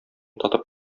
татып